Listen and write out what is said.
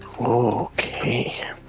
okay